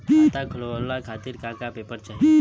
खाता खोलवाव खातिर का का पेपर चाही?